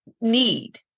need